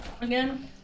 again